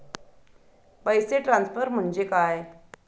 पैसे ट्रान्सफर म्हणजे काय?